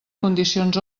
condicions